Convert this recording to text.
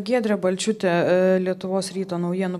giedrė balčiūtė lietuvos ryto naujienų